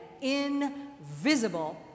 invisible